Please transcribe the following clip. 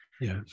Yes